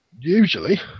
usually